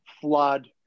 flood